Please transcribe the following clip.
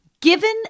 given